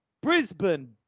Brisbane